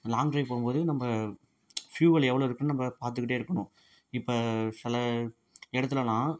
long drive போகும்போது நம்ப fuel எவ்வளோ இருக்குதுன்னு நம்ப பார்த்துக்கிட்டே இருக்கணும் இப்போ சில இடத்துலலாம்